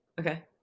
Okay